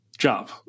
job